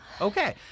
Okay